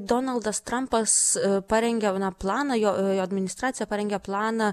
donaldas trampas parengė na planą jo jo administracija parengė planą